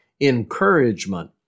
encouragement